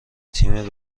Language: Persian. تیم